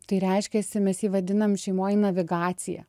tai reiškiasi mes jį vadinam šeimoj navigacija